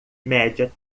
média